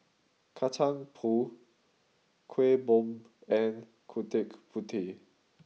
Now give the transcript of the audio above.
Kacang Pool Kueh Bom and Gudeg Putih